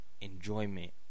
enjoyment